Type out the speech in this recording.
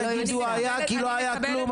אל תגידו היה כי לא היה כלום,